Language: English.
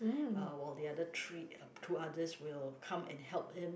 uh while the other three uh two others will come and help him